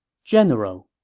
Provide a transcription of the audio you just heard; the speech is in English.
general,